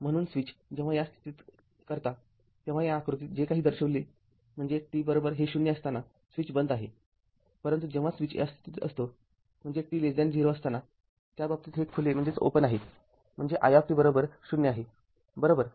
म्हणून स्विच जेव्हा या स्थितीत करता तेव्हा या आकृतीत जे काही दर्शविले आहे म्हणजे t हे ० असताना स्विच बंद आहे परंतु जेव्हा स्विच या स्थितीत असतो म्हणजे t 0असताना त्या बाबतीत हे खुले आहे म्हणजे i ० आहेबरोबर